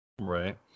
right